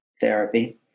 therapy